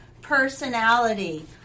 personality